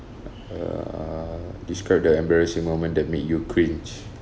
err describe the embarrassing moment that make you cringe